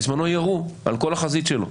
בזמנו ירו על כל החזית שלו,